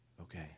okay